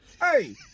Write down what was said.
Hey